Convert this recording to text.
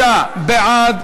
55 בעד,